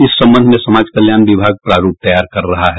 इस संबंध में समाज कल्याण विभाग प्रारूप तैयार कर कर रहा है